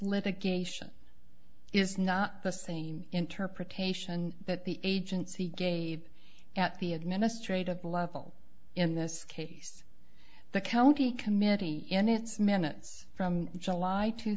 litigation is not the same interpretation that the agency gave at the administrative level in this case the county committee in its minutes from july two